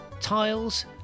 tiles